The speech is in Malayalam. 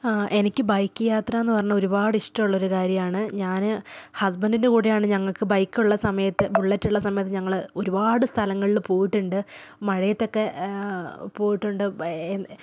എനിക്ക് ബൈക്ക് യാത്രായെന്നു പറഞ്ഞാൽ ഒരുപാട് ഇഷ്ടമുള്ളൊരു കാര്യമാണ് ഞാൻ ഹസ്ബൻ്റിൻ്റെ കൂടെയാണ് ഞങ്ങൾക്ക് ബൈക്കുള്ള സമയത്ത് ബുള്ളറ്റുള്ള സമയത്ത് ഞങ്ങൾ ഒരുപാട് സ്ഥലങ്ങളിൽ പോയിട്ടുണ്ട് മഴയത്തൊക്കെ പോയിട്ടുണ്ട്